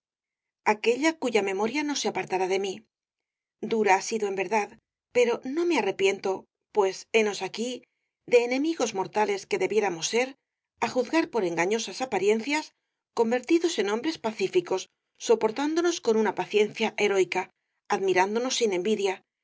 aquella cuya memoria no se apartará de mí dura ha sido en verdad pero no me arrepiento pues henos aquí de enemigos mortales que debiéramos ser á juzgar por engañosas apariencias convertidos en hombres pacíficos soportándonos con una paciencia heroica admirándonos sin envidia